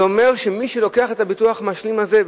זה אומר שמי שלוקח את הביטוח משלים הזה,